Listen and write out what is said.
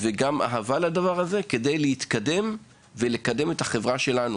ויותר אהבה לדבר הזה, כדי לקדם את החברה שלנו.